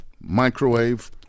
microwave